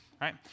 right